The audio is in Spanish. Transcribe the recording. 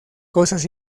cosas